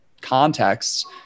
contexts